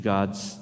God's